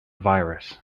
virus